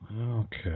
Okay